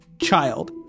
child